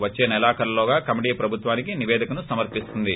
వచ్చే నెలాఖరులోగా కమిటీ ప్రభుత్వానికి నిపేదిక సమర్పిస్తుంది